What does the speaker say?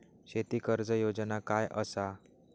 शेती कर्ज योजना काय असा?